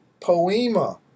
poema